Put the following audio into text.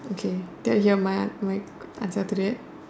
okay that's ya my my answer to that